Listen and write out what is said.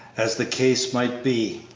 as the case might be,